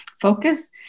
focus